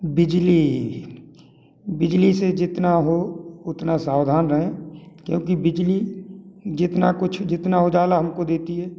बिजली बिजली से जितना हो उतना सावधान रहें क्योंकि बिजली जितना कुछ जितना उजाला हमको देती है